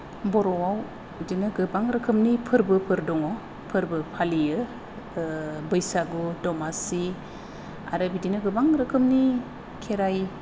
बर'आव बिदिनो गोबां रोखोमनि फोरबोफोर दङ फोरबो फालियो बैसागो दमासि आरो बिदिनो गोबां रोखोमनि खेराइ